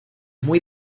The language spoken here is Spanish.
muy